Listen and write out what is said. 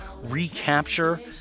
recapture